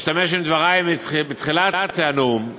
משתמש בדברי בתחילת הנאום,